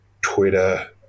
Twitter